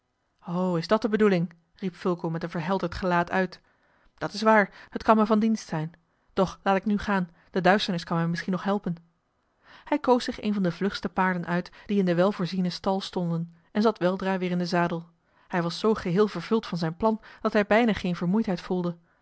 o is dat de bedoeling riep fulco met een verhelderd gelaat uit dat is waar het kan mij van dienst zijn doch laat ik nu gaan de duisternis kan mij misschien nog helpen hij koos zich een van de vlugste paarden uit die in den welvoorzienen stal stonden en zat weldra weer in den zadel hij was zoo geheel vervuld van zijn plan dat hij bijna geene vermoeidheid voelde